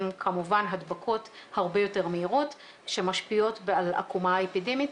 כמובן הדבקות הרבה יותר מהירות שמשפיעות על העקומה האפידמית,